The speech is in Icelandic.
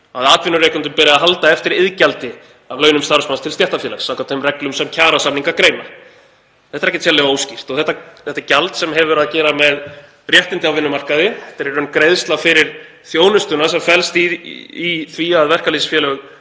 að atvinnurekendum beri að halda eftir iðgjaldi af launum starfsmanns til stéttarfélags samkvæmt þeim reglum sem kjarasamningar greina. Þetta er ekkert sérlega óskýrt. Þetta gjald, sem hefur að gera með réttindi á vinnumarkaði, er í raun greiðsla fyrir þjónustuna sem felst í því að verkalýðsfélög